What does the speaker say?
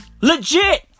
Legit